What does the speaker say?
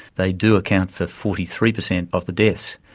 they do account for forty three percent of the deaths.